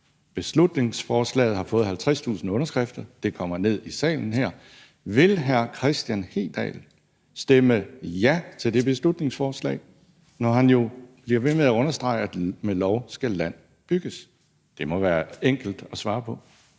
Borgerforslaget har fået 50.000 underskrifter, så det kommer til behandling i salen her som et beslutningsforslag. Vil hr. Kristian Hedal stemme ja til det beslutningsforslag, når han jo bliver ved med at understrege, at med lov skal land bygges? Det må være enkelt at svare på.